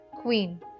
Queen